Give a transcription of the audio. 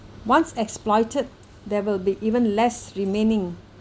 once exploited there will be even less remaining